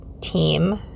team